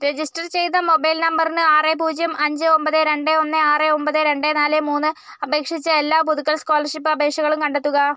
register ചെയ്ത mobile നമ്പറിന് ആറ് പൂജ്യം അഞ്ച് ഒമ്പത് രണ്ട് ഒന്ന് ആറ് ഒമ്പത് രണ്ട് നാല് മൂന്ന് അപേക്ഷിച്ച എല്ലാ പുതുക്കൽ സ്കോളർഷിപ്പ് അപേക്ഷകളും കണ്ടെത്തുക